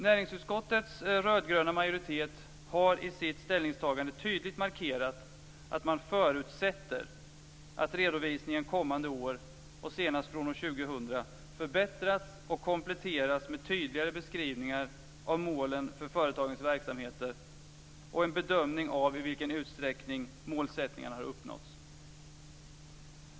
Näringsutskottets rödgröna majoritet har i sitt ställningstagande tydligt markerat att man förutsätter att redovisningen kommande år, och senast från år 2000, förbättras och kompletteras med tydligare beskrivningar av målen för företagens verksamheter och en bedömning av i vilken utsträckning målsättningarna har uppnåtts.